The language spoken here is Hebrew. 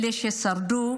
אלה ששרדו,